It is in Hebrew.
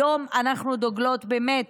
היום אנחנו דוגלות באמת